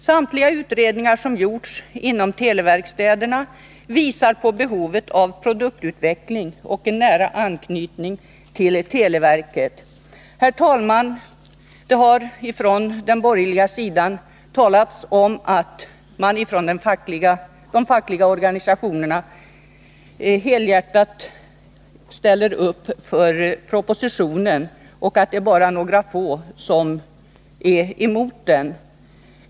Samtliga utredningar som gjorts inom televerkstäderna visar på behovet av produktutveckling och nära anknytning till televerket. Herr talman! Det har från den borgerliga sidan sagts att de fackliga organisationerna helhjärtat ställer upp för propositionen och att det bara är några få som är emot den.